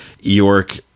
york